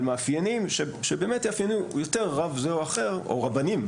על מאפיינים שבאמת יאפיינו יותר רב זה או אחר או רבנים,